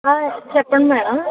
చెప్పండి మేడం